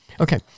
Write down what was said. Okay